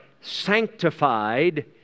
sanctified